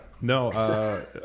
No